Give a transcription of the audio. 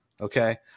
Okay